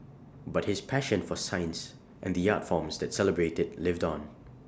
but his passion for science and the art forms that celebrate IT lived on